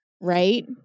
right